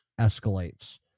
escalates